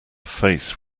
face